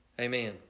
amen